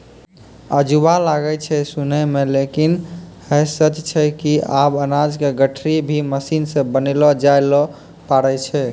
अजूबा लागै छै सुनै मॅ लेकिन है सच छै कि आबॅ अनाज के गठरी भी मशीन सॅ बनैलो जाय लॅ पारै छो